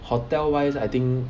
hotel wise I think